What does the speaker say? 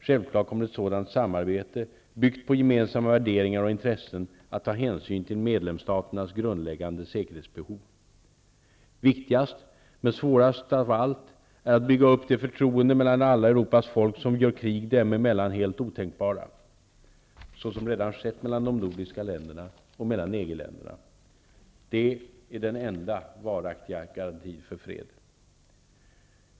Självklart kommer ett sådant samarbete, byggt på gemensamma värderingar och intressen, att ta hänsyn till medlemsstaternas grundläggande säkerhetsbehov. Viktigast, men svårast av allt, är att bygga upp det förtroende mellan Europas alla folk som gör krig dem emellan helt otänkbara, såsom redan skett mellan de nordiska länderna och mellan EG länderna. Det är den enda varaktiga garantin för fred.